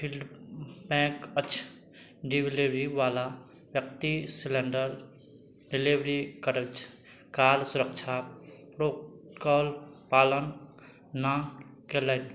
field pack अछि delivery वाला ब्यक्ति सिलेण्डर डिलेबरी करैत अछि काल सुरक्षा प्रोटोकॉल पालन ना केलैथि